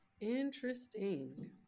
Interesting